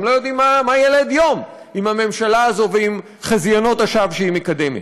הם לא יודעים מה ילד יום עם הממשלה הזאת ועם חזיונות השווא שהיא מקדמת.